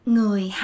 Người